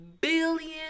billion